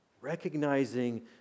Recognizing